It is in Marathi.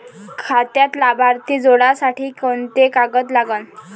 खात्यात लाभार्थी जोडासाठी कोंते कागद लागन?